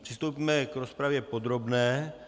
Přistoupíme k rozpravě podrobné.